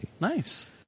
Nice